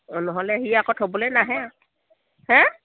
অঁ নহ'লে সি আকৌ থ'বলৈ নাহে হে